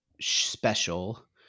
special